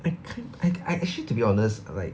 I kind I I actually to be honest like